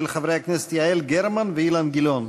הצעות מס' 4646 ו-4647 של חברי הכנסת יעל גרמן ואילן גילאון.